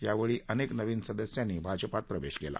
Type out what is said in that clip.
यावेळी अनेक नवीन सदस्यांनी भाजपात प्रवेश केला